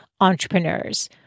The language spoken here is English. entrepreneurs